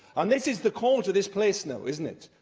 and this is the call to this place now, isn't it?